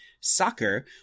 soccer